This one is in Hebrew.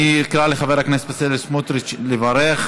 אני אקרא לחבר הכנסת בצלאל סמוטריץ לברך.